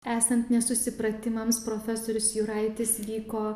esant nesusipratimams profesorius juraitis vyko